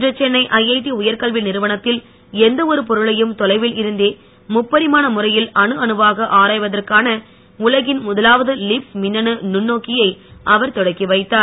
இன்று சென்னை ஐஐடி உயர்கல்வி நிறுவனத்தில் எந்த ஒரு பொருளையும் தொலைவில் இருந்தே முப்பரிமாண முறையில் அணு அனுவாக ஆராய்வதற்கான உலகின் முதலாவது லீப்ஸ் மின்னணு நுண்ணோக்கியை அவர் தொடக்கி வைத்தார்